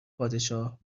پادشاه